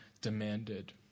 demanded